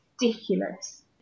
ridiculous